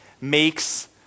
makes